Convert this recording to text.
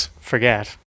forget